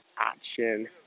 action